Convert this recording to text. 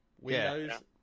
windows